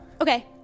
Okay